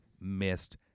missed